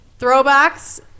Throwbacks